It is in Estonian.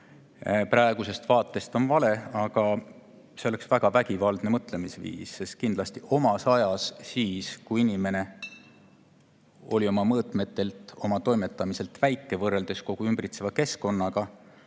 praegusest vaatest vale, aga see oleks väga vägivaldne mõtteviis, sest kindlasti omas ajas, siis kui inimene oli oma toimetamise poolest väike võrreldes kogu ümbritseva keskkonnaga,